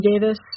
Davis